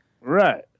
Right